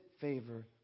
favor